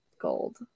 gold